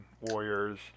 Warriors